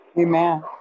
amen